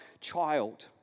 child